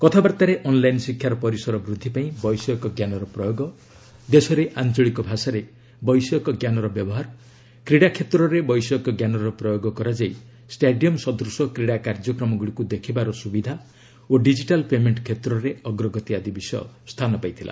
କଥାବାର୍ତ୍ତାରେ ଅନ୍ଲାଇନ୍ ଶିକ୍ଷାର ପରିସର ବୃଦ୍ଧି ପାଇଁ ବୈଷୟିକଜ୍ଞାନର ପ୍ରୟୋଗ ଦେଶରେ ଆଞ୍ଚଳିକ ଭାଷାରେ ବୈଷୟିକଜ୍ଞାନର ବ୍ୟବହାର କ୍ରୀଡ଼ା କ୍ଷେତ୍ରରେ ବୈଷୟିକଜ୍ଞାନର ପ୍ରୟୋଗ କରାଯାଇ ଷ୍ଟାଡିୟମ୍ ସଦୃଶ କ୍ରୀଡ଼ା କାର୍ଯ୍ୟକ୍ରମଗୁଡ଼ିକୁ ଦେଖିବାର ସୁବିଧା ଓ ଡିଜିଟାଲ୍ ପେମେଙ୍କ କ୍ଷେତ୍ରରେ ଅଗ୍ରଗତି ଆଦି ବିଷୟ ସ୍ଥାନ ପାଇଥିଲା